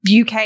UK